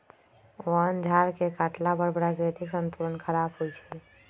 वन झार के काटला पर प्राकृतिक संतुलन ख़राप होइ छइ